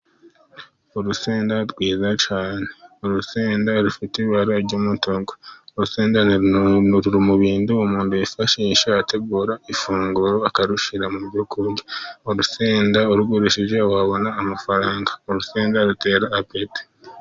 Urusenda rwiza cyane, urusenda rufite ibara ry'umutuku, urusenda ruri mu bintu umuntu yifashisha ategura ifunguro, akarushyira mu byo kurya. Urusenda urugurishije wabona amafaranga, urusenda rutera apeti.